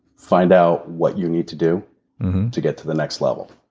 find out what you need to do to get to the next level.